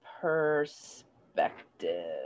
perspective